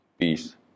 peace